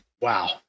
Wow